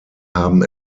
haben